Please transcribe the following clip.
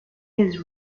his